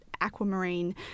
aquamarine